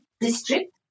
district